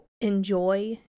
enjoy